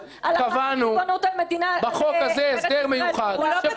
זה לא תקין.